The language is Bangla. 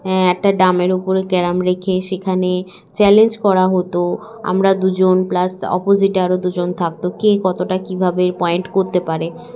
একটা ড্রামের ওপরে ক্যারাম রেখে সেখানে চ্যালেঞ্জ করা হতো আমরা দুজন প্লাস অপোজিটে আরও দুজন থাকতো কে কতটা কীভাবে পয়েন্ট করতে পারে